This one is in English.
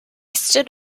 stood